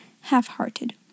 half-hearted